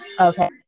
Okay